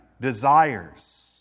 desires